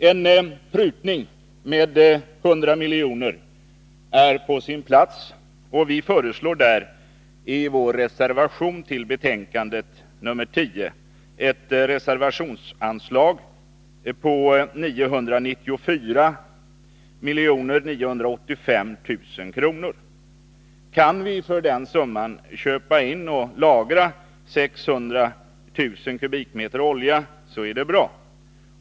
En prutning med 100 milj.kr. är på sin plats, och vi föreslår därför i vår reservation till betänkande nr 10 ett reservationsanslag på 994 985 000 kr. Kan vi för denna summa köpa in och lagra 600 000 kubikmeter olja, är det bra.